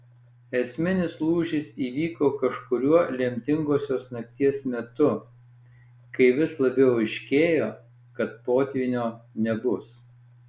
esminis lūžis įvyko kažkuriuo lemtingosios nakties metu kai vis labiau aiškėjo kad potvynio nebus